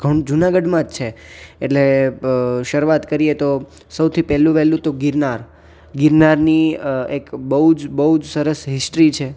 જુનાગઢમાં જ છે એટલે શરૂઆત કરીએ તો સૌથી પહેલું વેલું તો ગિરનાર ગિરનારની એક બહુ જ બહુ જ સરસ હિસ્ટ્રી છે